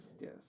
yes